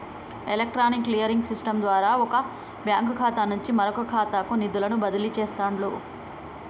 electronic clearing system ద్వారా వొక bank ఖాతా నుండి మరొకఖాతాకు నిధులను బదిలీ చేస్తండ్రు